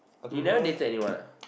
you never dated anyone ah